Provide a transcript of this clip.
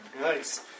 Nice